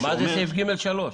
מה זה סעיף ג(3)?